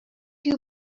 you